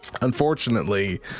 unfortunately